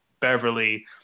Beverly